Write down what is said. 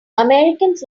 americans